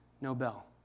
Nobel